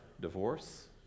divorce